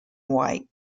white